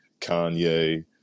Kanye